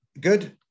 Good